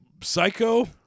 psycho